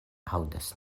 aŭdas